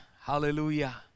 Hallelujah